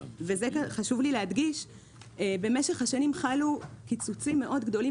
הוא שבמשך השנים חלו קיצוצים מאוד גדולים